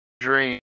dream